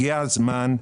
הגיע הזמן.